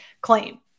claim